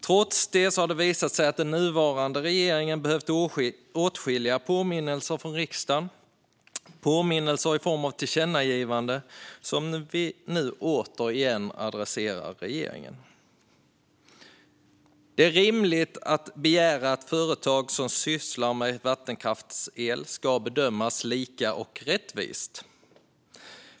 Trots det har det visat sig att den nuvarande regeringen har behövt åtskilliga påminnelser från riksdagen, påminnelser i form av tillkännagivanden, som vi nu återigen adresserar regeringen. Det är rimligt att begära att företag som sysslar med vattenkraftsel ska bedömas lika och rättvist.